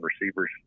receivers